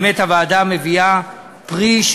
באמת הוועדה מביאה פרי,